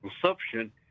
consumption